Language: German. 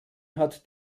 hat